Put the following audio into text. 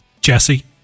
Jesse